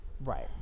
Right